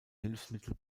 hilfsmittel